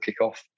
kickoff